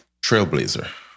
trailblazer